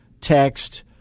text